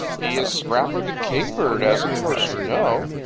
he is scrapper the kingbird, as of course you know.